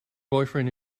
boyfriend